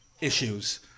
issues